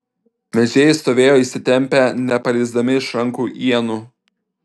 vežėjai stovėjo įsitempę nepaleisdami iš rankų ienų